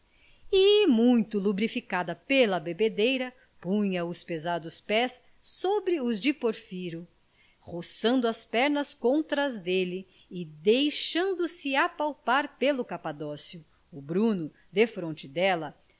e muito lubrificada pela bebedeira punha os pesados pés sobre os de porfiro roçando as pernas contra as dele e deixando-se apalpar pelo capadócio o bruno defronte dela